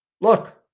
look